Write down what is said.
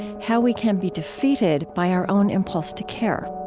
how we can be defeated by our own impulse to care